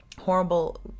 horrible